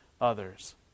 others